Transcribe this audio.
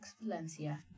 Valencia